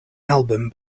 album